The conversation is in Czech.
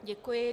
Děkuji.